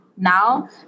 now